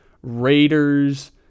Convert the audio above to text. Raiders